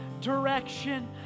direction